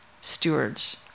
stewards